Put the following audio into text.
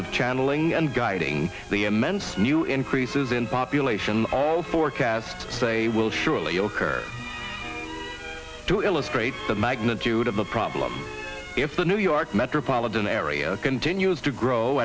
of channeling and guiding the immense new increases in population all forecasts say will surely ochre to illustrate the magnitude of the problem if the new york metropolitan area continues to grow